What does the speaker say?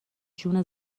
جون